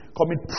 commit